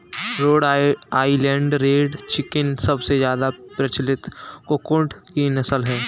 road Island Red chicken सबसे ज्यादा प्रचलित कुक्कुट की नस्ल है